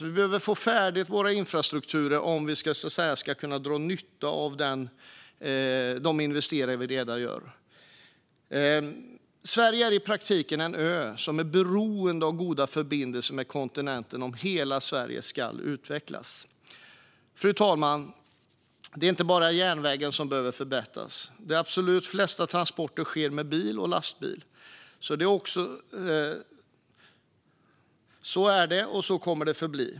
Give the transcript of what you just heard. Vi behöver få våra infrastrukturer färdiga om vi ska dra nytta av de investeringar vi redan gör. Sverige är i praktiken en ö som är beroende av goda förbindelser med kontinenten om hela Sverige ska utvecklas. Fru talman! Det är inte bara järnvägen som behöver förbättras. De absolut flesta transporter sker med bil och lastbil. Så är det, och så kommer det att förbli.